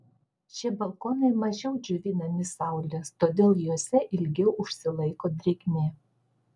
šie balkonai mažiau džiovinami saulės todėl juose ilgiau užsilaiko drėgmė